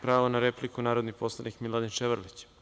Pravo na repliku, narodni poslanik Miladin Ševarlić.